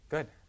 Good